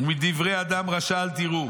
"ומדברי אדם רשע אל תראו